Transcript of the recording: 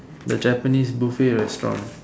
the Japanese buffet restaurant